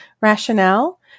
Rationale